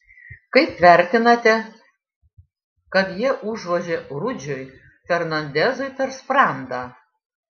kaip vertinate kad jie užvožė rudžiui fernandezui per sprandą